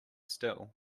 still